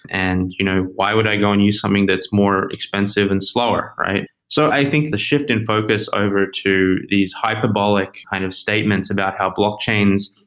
and you know why would i go and use something that's more expensive and slower, right? so i think the shift in focus over to these hyperbolic kind of statements about how blockchains,